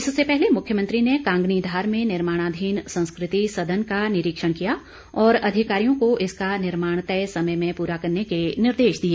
इससे पहले मुख्यमंत्री ने कांगनीधार में निर्माणाधीन संस्कृति सदन का निरीक्षण किया और अधिकारियों को इसका निर्माण तय समय में पूरा करने के निर्देश दिए